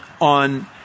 on